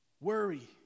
Worry